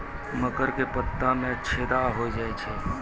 मकर के पत्ता मां छेदा हो जाए छै?